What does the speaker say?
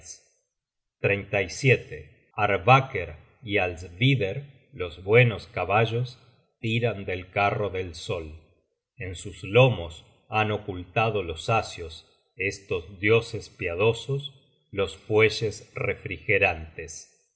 los einhaeryars arvaker y alsvider los buenos caballos tiran del carro del sol en sus lomos han ocultado los asios estos dioses piadosos los fuelles refrigerantes